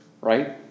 right